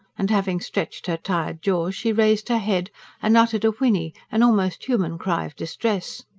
and, having stretched her tired jaws, she raised her head and uttered a whinny an almost human cry of distress.